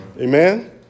Amen